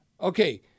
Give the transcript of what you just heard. okay